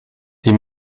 die